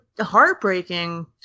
heartbreaking